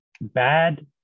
Bad